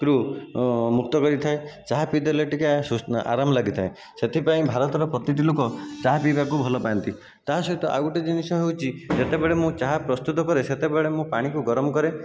ରୁ ମୁକ୍ତ କରିଥାଏ ଚାହା ପିଇଦେଲେ ଟିକିଏ ଶୁସ୍ ଆରାମ ଲାଗିଥାଏ ସେଥିପାଇଁ ଭାରତର ପ୍ରତିଟି ଲୋକ ଚାହା ପିଇବାକୁ ଭଲ ପାଆନ୍ତି ତା ସହିତ ଆଉ ଗୋଟିଏ ଜିନିଷ ହେଉଛି ଯେତେବେଳେ ମୁଁ ଚାହା ପ୍ରସ୍ତୁତ କରେ ସେତେବେଳେ ମୁଁ ପାଣିକୁ ଗରମ କରେ